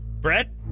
Brett